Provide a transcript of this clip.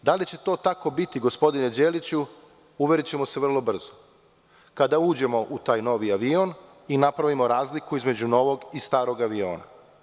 Da li će to tako biti gospodine Đeliću, uverićemo se vrlo brzo kada uđemo u taj novi avion i napravimo razliku između novog i starog aviona.